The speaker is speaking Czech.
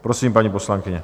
Prosím, paní poslankyně.